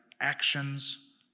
actions